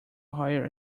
hire